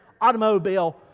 automobile